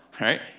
right